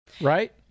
Right